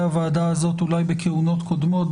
הוועדה הזאת אולי בכהונות קודמות,